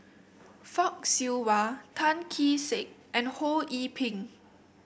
Fock Siew Wah Tan Kee Sek and Ho Yee Ping